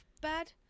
bad